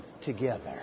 together